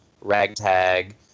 ragtag